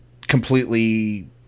completely